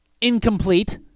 incomplete